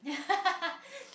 yeah